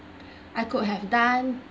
I could have done